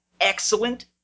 excellent